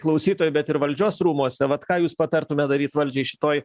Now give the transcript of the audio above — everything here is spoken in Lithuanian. klausytojai bet ir valdžios rūmuose vat ką jūs patartumėt daryt valdžiai šitoj